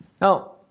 Now